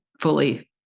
fully